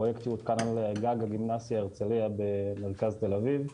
פרויקט שהותקן על גג הגימנסיה הרצליה במרכז תל אביב.